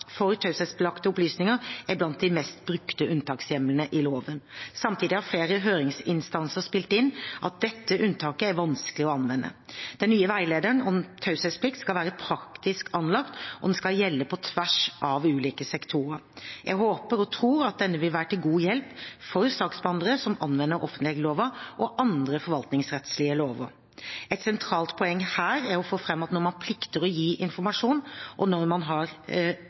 for taushetsbelagte opplysninger er blant de mest brukte unntakshjemlene i loven. Samtidig har flere høringsinstanser spilt inn at dette unntaket er vanskelig å anvende. Den nye veilederen om taushetsplikt skal være praktisk anlagt, og den skal gjelde på tvers av ulike sektorer. Jeg håper og tror at denne vil være til god hjelp for saksbehandlere som anvender offentleglova og andre forvaltningsrettslige lover. Et sentralt poeng her er å få fram når man plikter å gi informasjon, og når man har